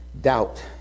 doubt